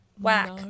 Whack